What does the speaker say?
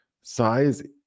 size